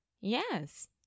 Yes